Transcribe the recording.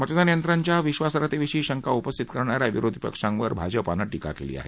मतदान यंत्रांच्या विश्वासार्हतेविषयी शंका उपस्थित करणाऱ्या विरोधी पक्षांवर भाजपाने टीका केली आहे